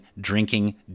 drinking